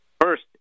First